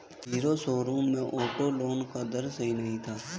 hero showroom में auto loan का दर सही नहीं था